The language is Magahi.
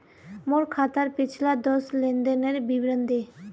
मोर खातार पिछला दस लेनदेनेर विवरण दे